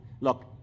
Look